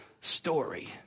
story